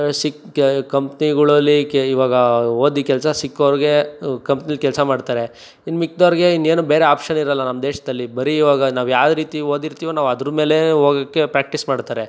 ಸಿಕ್ಕ ಕಂಪ್ನಿಗಳಲ್ಲಿ ಕೆ ಇವಾಗ ಓದಿ ಕೆಲಸ ಸಿಕ್ಕೋರಿಗೆ ಕಂಪ್ನಿಲಿ ಕೆಲಸ ಮಾಡ್ತಾರೆ ಇನ್ನು ಮಿಕ್ದೋರಿಗೆ ಇನ್ನೇನು ಬೇರೆ ಆಪ್ಷನ್ ಇರಲ್ಲ ನಮ್ಮ ದೇಶದಲ್ಲಿ ಬರೀ ಇವಾಗ ನಾವು ಯಾವ ರೀತಿ ಓದಿರ್ತಿವೋ ನಾವು ಅದ್ರ ಮೇಲೆ ಹೋಗಕ್ಕೆ ಪ್ರ್ಯಾಕ್ಟೀಸ್ ಮಾಡ್ತಾರೆ